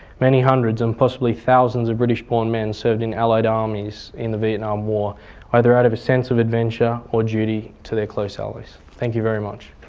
many hundreds and possibly thousands of british-born men served in allied armies in the vietnam war either out of a sense of adventure or duty to their close allies. thank you very much.